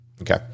Okay